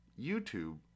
YouTube